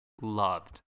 loved